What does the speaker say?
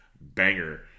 banger